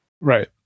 right